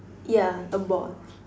yeah a ball